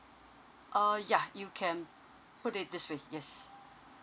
uh yeah you can put it this way yes